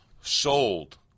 sold